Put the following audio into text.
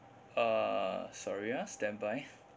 uh sorry ah standby